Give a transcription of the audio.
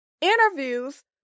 interviews